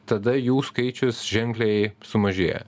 tada jų skaičius ženkliai sumažėja